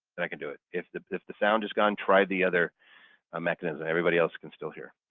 and i can do it. if the if the sound just gone try the other ah mechanism, everybody else can still hear.